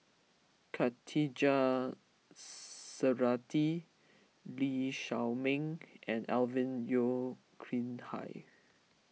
Khatijah Surattee Lee Shao Meng and Alvin Yeo Khirn Hai